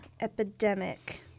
epidemic